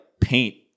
paint